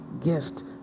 guest